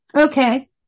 Okay